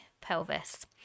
pelvis